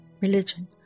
religion